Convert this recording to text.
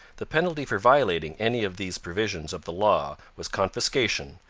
the penalty for violating any of these provisions of the law was confiscation,